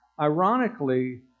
ironically